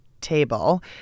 Table